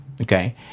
okay